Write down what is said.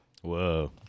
Whoa